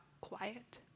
quiet